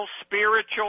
spiritual